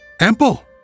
Ample